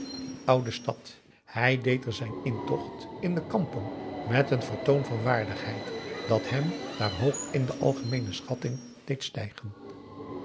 die oude stad hij deed aum boe akar eel zijn intocht in de kampong met een vertoon van waardigheid dat hem daar hoog in de algemeene schatting deed